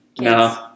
no